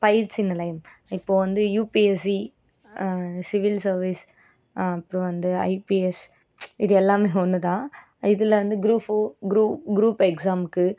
பயிற்சி நிலையம் இப்போது வந்து யூபிஎஸ்சி சிவில் சர்விஸ் அப்புறம் வந்து ஐபிஎஸ் இது எல்லாமே ஒன்று தான் இதில் வந்து குரூப் ஃபோர் குரூ குரூப் எக்ஸாமுக்கு